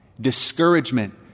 discouragement